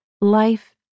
Life